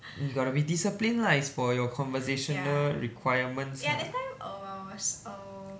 you gotta be disciplined lah it's for your conversational requirements